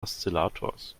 oszillators